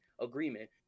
agreement